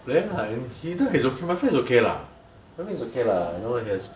player lah he don't he my friend is okay lah my friend is okay lah you know he has